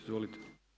Izvolite.